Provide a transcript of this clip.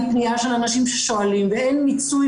היא פנייה של אנשים ששואלים ואין מיצוי